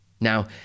Now